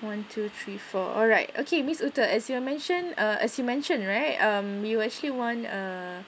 one two three four alright okay ms ute as you mentioned as you mentioned right um you actually want uh